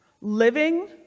living